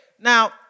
Now